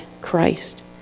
Christ